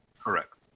Correct